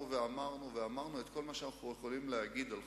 עכשיו כבר מתחילים: אתה הבאת 30 עמודים,